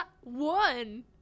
one